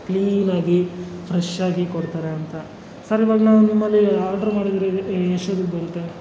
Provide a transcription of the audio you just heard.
ಕ್ಲೀನಾಗಿ ಫ್ರೆಶ್ ಆಗಿ ಕೊಡ್ತಾರೆ ಅಂತ ಸರ್ ಇವಾಗ ನಾವು ನಿಮ್ಮಲ್ಲಿ ಆಡ್ರು ಮಾಡಿದರೆ ಎಷ್ಟೊತ್ತಿಗೆ ಬರುತ್ತೆ